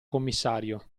commissario